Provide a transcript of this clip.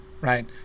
right